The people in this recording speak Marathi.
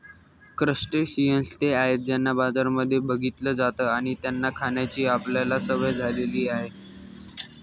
क्रस्टेशियंन्स ते आहेत ज्यांना बाजारांमध्ये बघितलं जात आणि त्यांना खाण्याची आपल्याला सवय झाली आहे